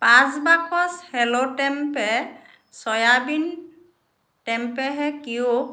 পাঁচ বাকচ হেল'টেম্পে soybean tempeh হে কিউ